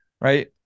right